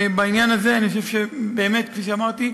ובעניין הזה אני חושב שבאמת, כפי שאמרתי,